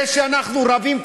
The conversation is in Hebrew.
זה שאנחנו רבים,